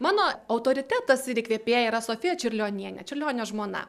mano autoritetas ir įkvėpėja yra sofija čiurlionienė čiurlionio žmona